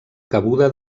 cabuda